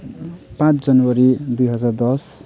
पाँच जनवरी दुई हजार दस